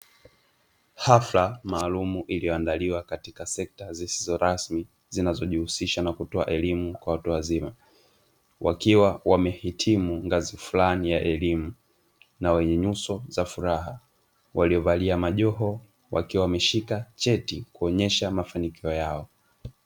Hafla maalumu iliandaliwa katika sekta zisizo rasmi, zinazojihusisha na kutoa elimu kwa watu wazima, wakiwa wamehitimu ngazi fulani ya elimu na wenye nyuso za furaha, walio valia majoho wakiwa wameshika cheti, kuonesha mafanikio yao.